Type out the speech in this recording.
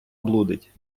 блудить